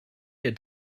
der